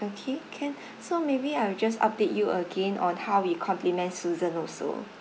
okay can so maybe I will just update you again on how we compliment susan also